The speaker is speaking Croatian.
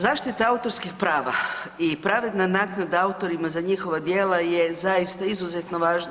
Zaštita autorskih prava i pravedna naknada autorima za njihova djela je zaista izuzetno važna.